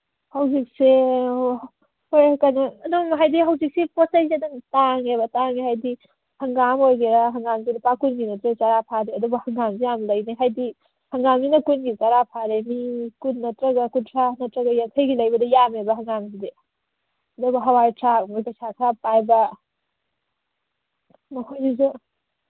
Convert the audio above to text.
ꯍꯧꯖꯤꯛꯁꯦ ꯍꯣꯏ ꯀꯩꯅꯣ ꯅꯧꯅ ꯍꯥꯏꯗꯤ ꯍꯧꯖꯤꯛꯁꯦ ꯄꯣꯠ ꯆꯩꯁꯦ ꯑꯗꯨꯝ ꯇꯥꯡꯉꯦꯕ ꯇꯥꯡꯉꯦ ꯍꯥꯏꯗꯤ ꯍꯪꯒꯥꯝ ꯑꯣꯏꯒꯦꯔ ꯍꯪꯒꯥꯝꯁꯦ ꯂꯨꯄꯥ ꯀꯨꯟꯒꯤ ꯅꯠꯇ꯭ꯔꯗꯤ ꯆꯔꯥ ꯐꯥꯗꯦ ꯑꯗꯨꯕꯨ ꯍꯪꯒꯥꯝꯁꯤ ꯌꯥꯝꯁꯤ ꯌꯥꯝ ꯂꯩꯅꯩ ꯍꯥꯏꯗꯤ ꯍꯪꯒꯥꯝꯅꯤꯅ ꯀꯨꯟꯒꯤ ꯆꯔꯥ ꯐꯥꯔꯦ ꯃꯤ ꯀꯨꯟ ꯅꯠꯇ꯭ꯔꯒ ꯀꯨꯟꯊ꯭ꯔꯥ ꯅꯠꯇ꯭ꯔꯒ ꯌꯥꯡꯈꯩꯒꯤ ꯂꯩꯕꯗ ꯌꯥꯝꯃꯦꯕ ꯍꯪꯒꯥꯝꯁꯤꯗꯤ ꯑꯗꯨꯕꯨ ꯍꯋꯥꯏ ꯊ꯭ꯔꯥꯛ ꯃꯣꯏ ꯄꯩꯁꯥ ꯈꯔ ꯄꯥꯏꯕ ꯃꯈꯣꯏꯁꯤꯁꯨ